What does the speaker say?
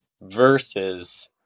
versus